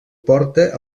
porta